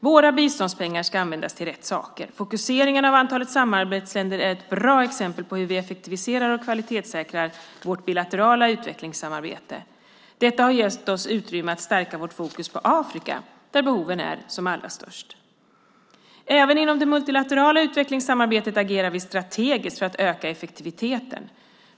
Våra biståndspengar ska användas till rätt saker. Fokuseringen på antalet samarbetsländer är ett bra exempel på hur vi effektiviserar och kvalitetssäkrar vårt bilaterala utvecklingssamarbete. Detta har gett oss utrymme att stärka vårt fokus på Afrika, där behoven är som allra störst. Även inom det multilaterala utvecklingssamarbetet agerar vi strategiskt för att öka effektiviteten.